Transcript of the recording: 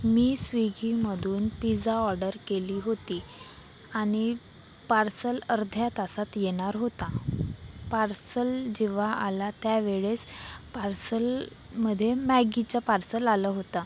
मी स्विगीमधून pizza order केली होती आणि पार्सल अर्ध्या तासात येणार होता पार्सल जेव्हा आला त्यावेळेस पार्सलमध्ये मॅगीचं पार्सल आलं होतं